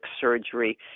surgery